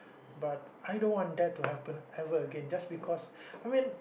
but I don't want that to happen ever again just because I mean